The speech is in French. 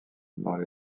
dans